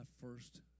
first